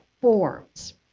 forms